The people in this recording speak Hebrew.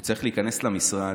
הוא צריך להיכנס למשרד,